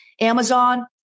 amazon